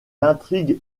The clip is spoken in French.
intrigues